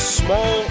small